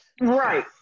Right